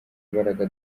imbaraga